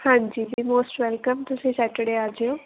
ਹਾਂਜੀ ਜੀ most welcome ਤੁਸੀਂ ਸੈਟਰਡੇ ਆ ਜਿਓ